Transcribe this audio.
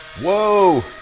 whoa.